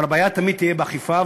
אבל הבעיה תמיד תהיה באכיפה.